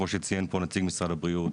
כמו שציין פה נציג משרד הבריאות.